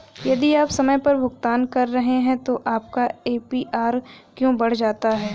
यदि आप समय पर भुगतान कर रहे हैं तो आपका ए.पी.आर क्यों बढ़ जाता है?